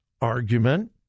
argument